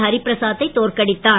ஹரிபிரசாத்தை தோற்கடித்தார்